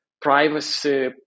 privacy